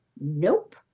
nope